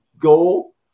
goal